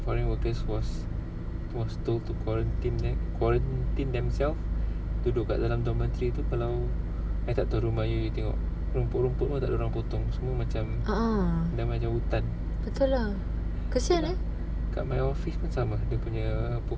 foreign workers was was told to quarantine eh quarantine themselves duduk kat dalam dormitory tu kalau I tak tahu rumah you you tengok rumput-rumput pun tak ada orang potong macam dah macam hutan kat my office pun sama dia punya